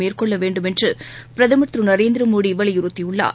மேற்கொள்ள வேண்டும் என்று பிரதமர் திரு நரேந்திர மோடி வலியுறுத்தியுள்ளார்